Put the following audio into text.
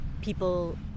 people